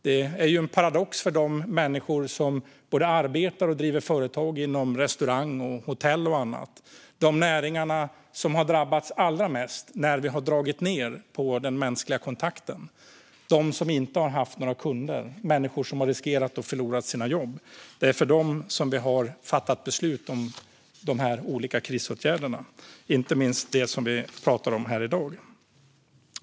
Det är en paradox för dem som både arbetar i och driver företag inom restaurang, hotell och annat. De näringarna har drabbats allra mest när vi har dragit ned på mänsklig kontakt. De har inte haft några kunder och har riskerat och förlorat sina jobb. Det är för dem vi har fattat beslut om de olika krisåtgärderna, inte minst det vi pratar om här i dag.